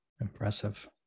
Impressive